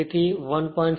તેથી 1